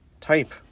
type